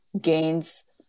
gains